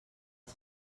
els